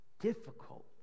difficult